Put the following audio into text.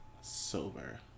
Sober